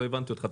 לא הבנתי אותך.